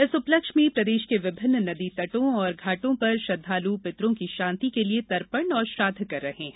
इस उपलक्ष्य में प्रदेश के विभिन्न नदी तटों और घाटों पर श्रद्वालु पितरों की शांति के लिये तर्पण और श्राद्ध कर रहे है